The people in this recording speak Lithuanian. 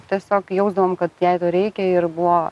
tiesiog jausdavom kad jai to reikia ir buvo